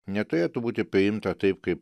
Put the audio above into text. neturėtų būti priimta taip kaip